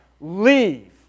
leave